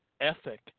ethic